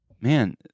Man